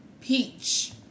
peach